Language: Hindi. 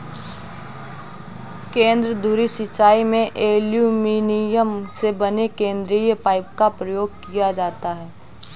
केंद्र धुरी सिंचाई में एल्युमीनियम से बने केंद्रीय पाइप का प्रयोग किया जाता है